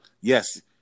yes